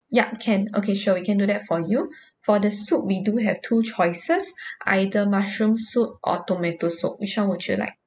yup can okay sure we can do that for you for the soup we do have two choices either mushroom soup or tomato soup which one would you like